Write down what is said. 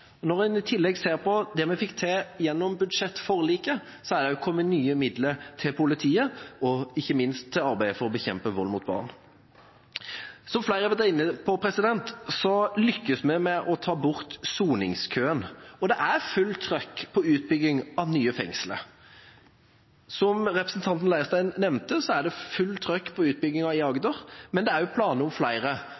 Når en i tillegg ser på det vi fikk til gjennom budsjettforliket, er det kommet nye midler til politiet og ikke minst til arbeidet for å bekjempe vold mot barn. Som flere har vært inne på, lykkes vi med å ta bort soningskøen. Det er full «trøkk» på utbygging av nye fengsler. Som representanten Leirstein nevnte, er det full «trøkk» på